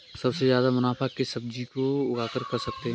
सबसे ज्यादा मुनाफा किस सब्जी को उगाकर कर सकते हैं?